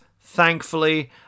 thankfully